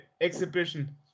exhibition